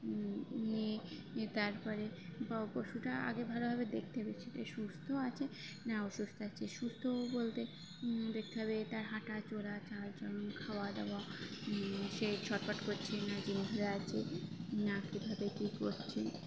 নিয়ে তারপরে বা পশুটা আগে ভালোভাবে দেখতে হবে সেটা সুস্থ আছে না অসুস্থ আছে সুস্থ বলতে দেখতে হবে তার হাঁটা চলা চাল চলন খাওয়া দাওয়া সে ছটফট করছে না ঝিম ধরে আছে না কীভাবে কী করছে